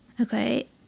Okay